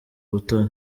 butare